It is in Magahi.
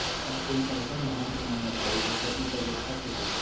का कोई अइसन धान के नाम बताएब जेकर उपज अच्छा से होय?